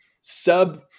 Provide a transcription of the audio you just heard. Sub